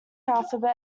alphabet